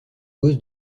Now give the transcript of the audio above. cause